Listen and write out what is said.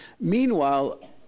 Meanwhile